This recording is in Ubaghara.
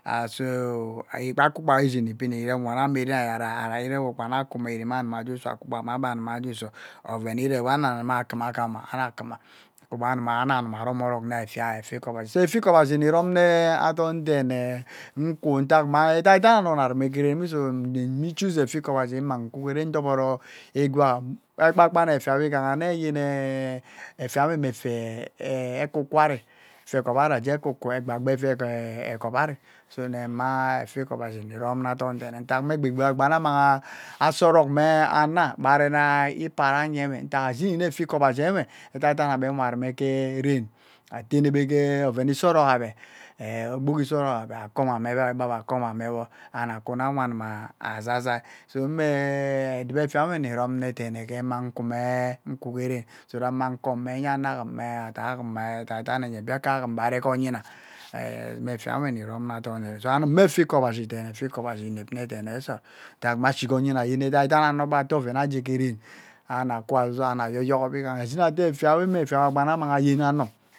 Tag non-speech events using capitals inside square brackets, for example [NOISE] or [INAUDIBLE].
[UNINTELLIGIBLE] so ngba kwu gba ishin ibin ame den ajie dai ari irimi wo kpa nne akwu kpa me erimeha anima juso anumajuso oro oven ive ne ani anuma kuma ke ma ani numa kuma ke Ama kwugba ani numa rom orok na ana rame so ivia ikobashi ni romne adon dene nkwu idak me edandan ano nna rume ke dene mme su nne shoose evia ikobashi mmang kwu ndoboro nnene igwagwa kwan kwan efia we igeha nneyen efia nwee me afia ee Ekwu kwu ari, efia we egop ari ajie ekwu kwu egba gba egop so nne mma efia ikobashi ntat me gha Egbi we agbage a mmang asorok me anao be are dai ipa danye ntat edai dai agbe nwa vume ke den ateme ke oven isorok agbe ee ogbogo isorok agbe akom amebe abekom amewo ani azaizai so me edubo efiawe nni rom nne dene ke mmang kwu ke den so that mang kom me eyanno agom me odai agum mai edani dai nya biaka agum be are ke onyena ee me efia nniromne adong dene, so anum ma efia ikobashi dene efia ikobashi inepne dene esot ntat me ashigha onyima asheen edaidan ano be te oven ajie ke den ani akwu asaisai ayokogho ashini hey we kbagai ke avang ayeng ano